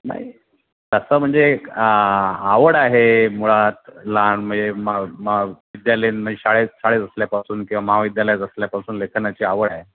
नाही तसं म्हणजे आवड आहे मुळात लहान म्हणजे म म विद्यालयीन म्हणजे शाळेत शाळेत असल्यापासून किंवा महाविद्यालयात असल्यापासून लेखनाची आवड आहे